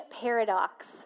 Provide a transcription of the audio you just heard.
paradox